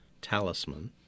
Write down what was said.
talisman